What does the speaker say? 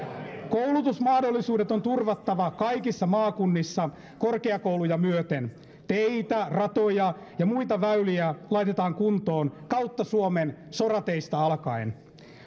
koulutusmahdollisuudet on turvattava kaikissa maakunnissa korkeakouluja myöten teitä ratoja ja muita väyliä laitetaan kuntoon kautta suomen sorateistä alkaen